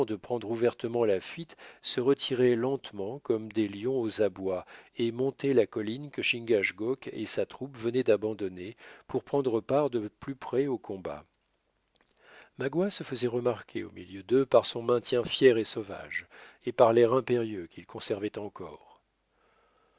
prendre ouvertement la fuite se retiraient lentement comme des lions aux abois et montaient la colline que chingachgook et sa troupe venaient d'abandonner pour prendre part de plus près au combat magua se faisait remarquer au milieu d'eux par son maintien fier et sauvage et par l'air impérieux qu'il conservait encore